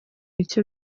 icyo